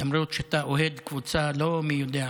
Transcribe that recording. למרות שאתה אוהד קבוצה לא-מי-יודע-מה,